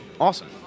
awesome